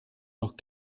noch